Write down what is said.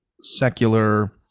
secular